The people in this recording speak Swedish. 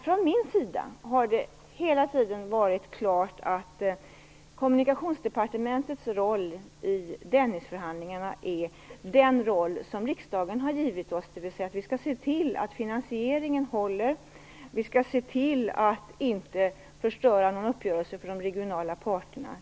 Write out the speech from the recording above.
För min del har det hela tiden stått klart att Kommunikationsdepartementets roll i Dennisförhandlingarna är den roll som riksdagen har givit oss. Vi skall alltså se till att finansieringen håller och se till att inte förstöra någon uppgörelse för de regionala parterna.